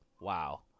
Wow